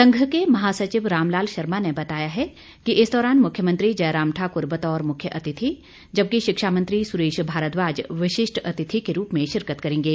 संघ के महासचिव रामलाल शर्मा ने बताया है कि इस दौरान मुख्यमंत्री जयराम ठाकुर बतौर मुख्य अतिथि जबकि शिक्षा मंत्री सुरेश भारद्वाज विशिष्ठ अतिथि के रूप में शिरकत करेंगे